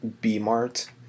B-Mart